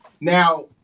Now